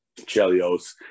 Chelios